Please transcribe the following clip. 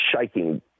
shaking